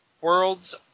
world's